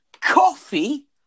coffee